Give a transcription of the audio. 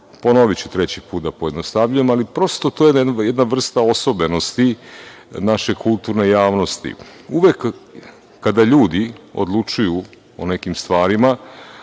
Ponoviću treći put, da pojednostavljuje, ali prosto to je jedna vrsta osobenosti naše kulturne javnosti. Uvek kada ljudi odlučuju o nekim stvarima,